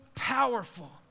Powerful